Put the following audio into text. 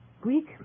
Greek